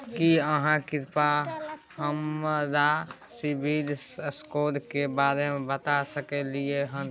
की आहाँ कृपया हमरा सिबिल स्कोर के बारे में बता सकलियै हन?